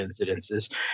incidences